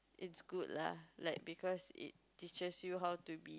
it's good lah like because it teaches you how to be